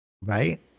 Right